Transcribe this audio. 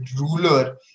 ruler